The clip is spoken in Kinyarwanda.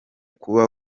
kuba